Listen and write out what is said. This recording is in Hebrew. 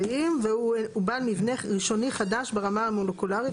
והוא "הוא בעל מבנה ראשוני חדש ברמה המולקולרית,